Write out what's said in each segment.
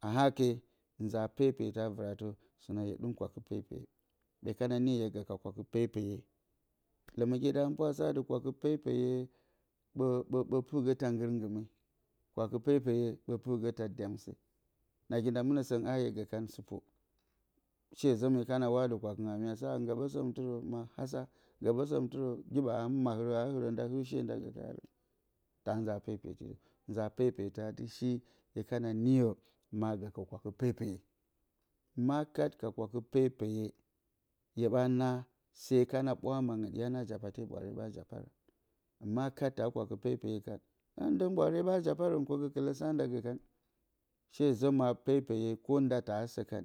A hake nza pepetə a vəratə sɨ nə hye didplusm kwakɨ pepeye hye kana niyə hye gə ka kwakə pepeye ləməge da həmənpwa a saa dɨ kwakɨ pepeye ɓə ɓə ɓə pɨr gə taa nggɨrnggɨme kwakɨ pepeye ɓə pɨr gə taa dyamse nagi nda mɨnə sɨngɨn a ha hye gə kan sɨpo she zə myek kana wadə kwakə nga mya saa nggə ɓə səm tərə ma hasa nggəɓə tərə gi ɓa a mahɨrə a hɨrə nda hɨr she nda gə karən ta nza pepeti də nza pepetə a dɨ shi hye kana nii ma gə ka kwakə pepeye makat ka kwakə pepeye hya naa se kana ɓwa mangɨ hya na japate ɓwaare ɓa japa ma kat ta kwakə pepeyə kar ta ndəng ɓwaare ɓa japarən gəkələ sa nda gə kan she zə ma pepeye ta sə kan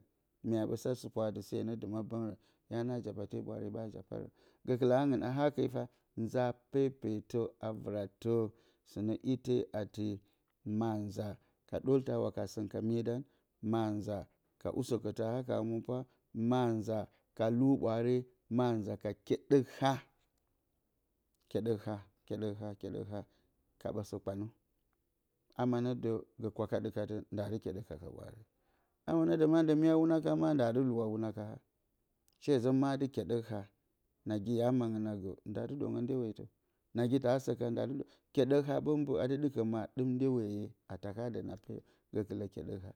nya ɓə saa sɨpo a dɨ se nə ndɨma bəngɨrə hye naa japa te ɓwaare ɓa japarən gəkələ hanɨngɨnn a hake nza pepetə a vɨratə kote iti di ma nza ka ɗoltə a wakasən ka myedə, ma nza ka usəkətə a haka həməpwa, ma nza ka iwa ɓwaare ma nza ka keɗək ha keɗək ha keɗək ha keɗək ha ka ɓa sə kpanə ama nə də gə kwakaɗɨkatə nda dɨ keɗəkə ka ɓwaare ama nə də ndəg hya wu nakan nda dɨ luwa wunakaha she zə ma dɨ keɗək ha nagi ya mangfa a gə nda dɨ ɗəngə ndyewotə nagi ta sə kan nda dɨ kɨɗək ha ɓəmbə a dɨ ɗɨkə ma dɨm ndyeweye a takadan a peyə gəkələ keɗək ha.